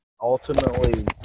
ultimately